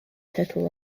total